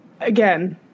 Again